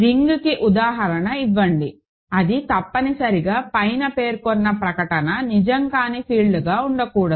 రింగ్కి ఉదాహరణ ఇవ్వండి అది తప్పనిసరిగా పైన పేర్కొన్న ప్రకటన నిజం కాని ఫీల్డ్గా ఉండకూడదు